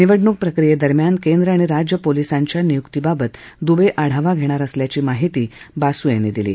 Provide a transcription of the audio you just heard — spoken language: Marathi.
निवडणूक प्रक्रियेदरम्यान केंद्र आणि राज्य पोलिसांच्या नियुक्तीबाबत दुवे आढावा घेणार असल्याची माहिती बासू यांनी दिली